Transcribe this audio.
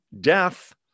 death